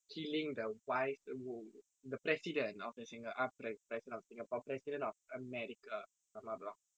killing the wife the president of singa~ ah president of singapore president of america if I'm not wrong